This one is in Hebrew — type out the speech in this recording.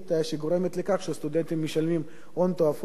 שגורמת לכך שהסטודנטים משלמים הון תועפות,